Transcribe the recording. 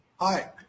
Hi